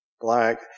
black